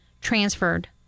transferred